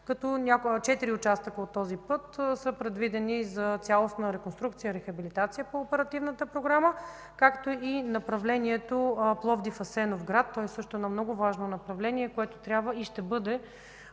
като четири участъка от този път са предвидени за цялостна реконструкция, рехабилитация по оперативната програма, както и направлението Пловдив – Асеновград. Това също е едно много важно направление, което трябва и ще бъде